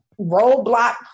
roadblock